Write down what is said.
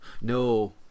no